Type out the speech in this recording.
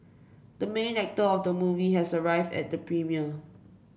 the main actor of the movie has arrived at the premiere